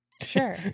sure